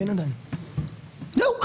זהו.